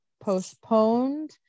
postponed